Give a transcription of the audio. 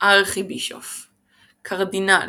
ארכיבישוף קרדינל,